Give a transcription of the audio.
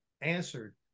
answered